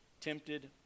tempted